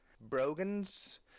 Brogans